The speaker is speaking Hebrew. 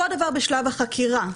אותו דבר בשלב החקירה.